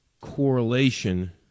correlation